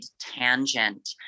tangent